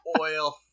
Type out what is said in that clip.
oil